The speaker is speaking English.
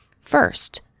First